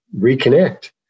reconnect